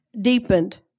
deepened